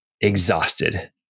exhausted